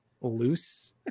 loose